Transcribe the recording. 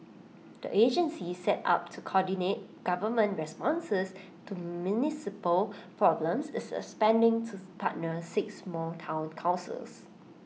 the agency set up to coordinate government responses to municipal problems is expanding to partner six more Town councils